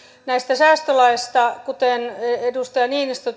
näistä säästölaeista kuten edustaja niinistö